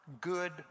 good